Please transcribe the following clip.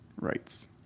rights